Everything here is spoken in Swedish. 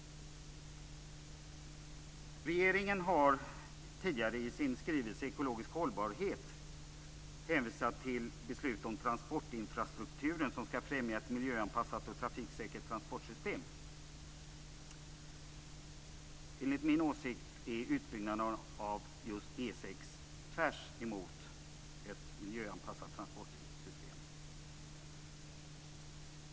Regeringen har tidigare i sin skrivelse Ekologisk hållbarhet hänvisat till beslut om transportinfrastrukturen som skall främja ett miljöanpassat och trafiksäkert transportsystem. Enligt min åsikt är utbyggnaden av E 6 tvärtom ett miljöanpassat transportsystem.